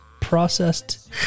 processed